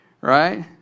right